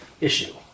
issue